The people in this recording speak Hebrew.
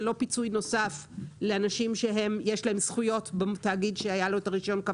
זה לא פיצוי נוסף לאנשים שיש להם זכויות בתאגיד שהיה לו את הרישיון קו